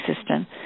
System